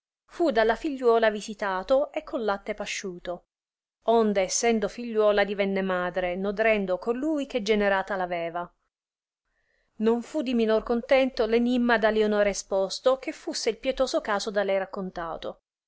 fu da la figliuola visitato e col latte pasciuto onde essendo figliuola divenne madre nodrendo colui che generata aveva non fu di minor contento l enimma da lionora esposto che fusse il pietoso caso da lei raccontato